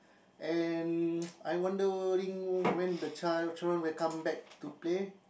and I wondering when the child children will come back to play